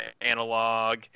analog